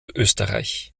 österreich